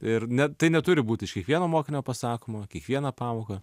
ir ne tai neturi būt iš kiekvieno mokinio pasakoma kiekvieną pamoką